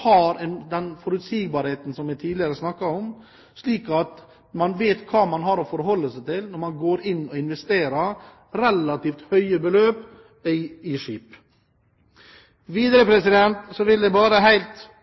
har den forutsigbarheten vi tidligere snakket om, at man vet hva man har å forholde seg til når man går inn og investerer relativt høye beløp i skip. Så vil jeg helt avslutningsvis bare